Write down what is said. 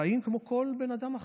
חיים כמו כל בן אדם אחר.